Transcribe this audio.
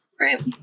right